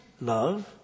love